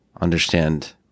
understand